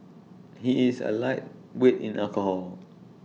he is A lightweight in alcohol